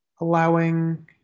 allowing